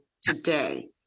Today